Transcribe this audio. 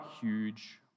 huge